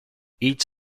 each